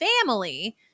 family